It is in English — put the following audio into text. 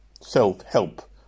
Self-Help